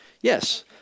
Yes